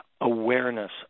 awareness